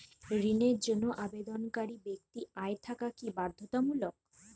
ঋণের জন্য আবেদনকারী ব্যক্তি আয় থাকা কি বাধ্যতামূলক?